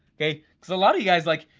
okay? cause a lot of you guys like,